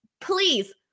please